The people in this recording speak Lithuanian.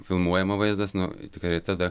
filmuojama vaizdas nu tikrai tada